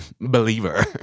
believer